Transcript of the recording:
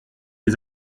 les